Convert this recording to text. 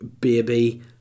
baby